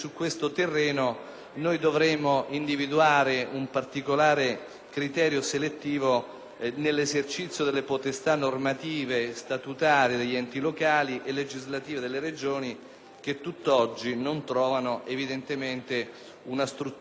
criterio selettivo nell'esercizio delle potestà normative statutarie degli enti locali e legislative delle Regioni che a tutt'oggi non trovano evidentemente una struttura tesa a dirimere a dirimere questi conflitti nella Corte costituzionale.